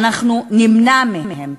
ואנחנו נמנע מהם.